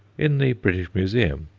in the british museum,